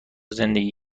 زندگی